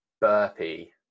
burpee